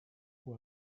who